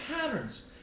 patterns